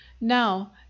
Now